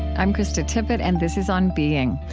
i'm krista tippett, and this is on being.